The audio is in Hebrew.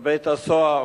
בבית-הסוהר,